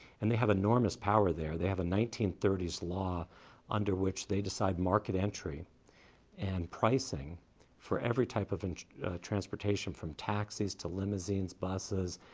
and they have enormous power there. they have a nineteen thirty s law under which they decide market entry and pricing for every type of and transportation, from taxis to limousines, buses,